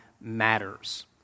matters